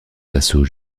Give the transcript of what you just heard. assauts